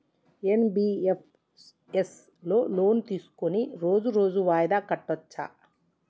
NBFS లో loan తీస్కొని రోజు రోజు వాయిదా కట్టచ్ఛా?